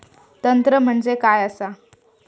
तंत्र म्हणजे काय असा?